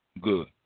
good